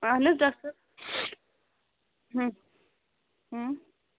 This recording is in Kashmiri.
اَہَن حظ ڈاکٹر صٲب